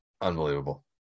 Unbelievable